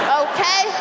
okay